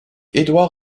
édouard